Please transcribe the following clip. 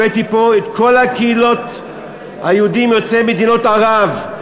הבאתי פה את כל קהילות היהודים יוצאי מדינות ערב,